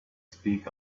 speak